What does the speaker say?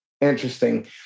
interesting